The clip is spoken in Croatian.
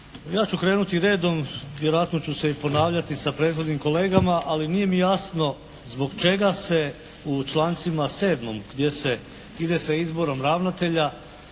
Ja ću krenuti redom. Vjerojatno ću se i ponavljati sa prethodnih kolegama. Ali nije mi jasno zbog čega se u člancima 7. gdje se ide sa izborom ravnatelja,